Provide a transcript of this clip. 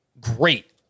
great